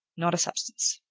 not a substance.